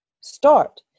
Start